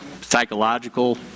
psychological